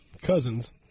Cousins